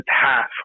half